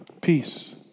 Peace